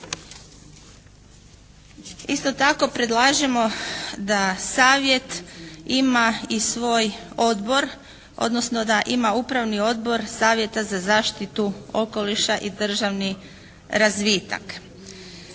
Isto tako predlažemo da savjet ima i svoj odbor odnosno da ima Upravni odbor savjeta za zaštitu okoliša i državni razvitak.